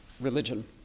religion